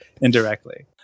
indirectly